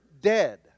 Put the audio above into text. dead